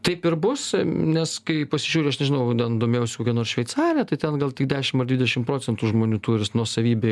taip ir bus nes kai pasižiūriu aš nežinau ten domėjausi kokia nors šveicarija tai ten gal tik dešimt ar dvidešimt procentų žmonių turi nuosavybę